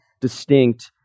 distinct